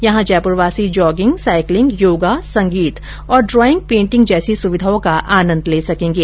यहां जयप्रवासी jogging cycling yoga संगीत और ड्रॉइंग पेन्टिंग जैसी सुविधाओं का आनंद ले सकेंगे